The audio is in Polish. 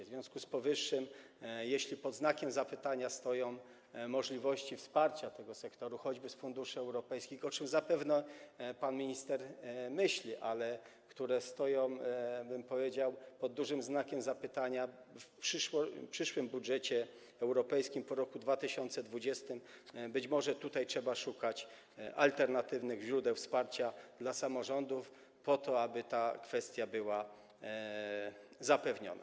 W związku z powyższym, jeśli pod znakiem zapytania stoją możliwości wsparcia tego sektora choćby z funduszy europejskich, o czym zapewne pan minister myśli - stoją, bym powiedział, pod dużym znakiem zapytania w przyszłym budżecie europejskim, po roku 2020 - być może trzeba szukać alternatywnych źródeł wsparcia dla samorządów po to, aby ta kwestia była zrealizowana.